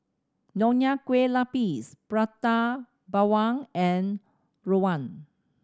Nonya Kueh Lapis Prata Bawang and rawon